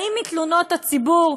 האם מתלונות הציבור?